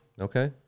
Okay